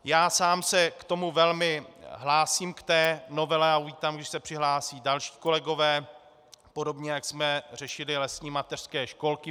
Já sám se k tomu velmi hlásím, k té novele, a uvítám, když se přihlásí další kolegové, podobně jako jsme řešili lesní mateřské školky.